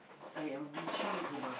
I am reaching in to my